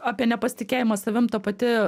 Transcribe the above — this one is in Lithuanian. apie nepasitikėjimą savim ta pati